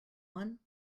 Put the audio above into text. one